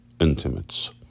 intimates